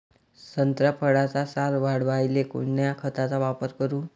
संत्रा फळाचा सार वाढवायले कोन्या खताचा वापर करू?